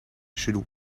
should